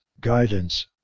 guidance